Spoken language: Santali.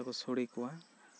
ᱟᱫᱚ ᱠᱚ ᱥᱚᱲᱮ ᱠᱚᱣᱟ